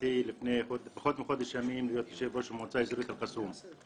נבחרתי לפני פחות מחודש ימים להיות יו"ר המועצה האזורית אל קאסום.